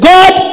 God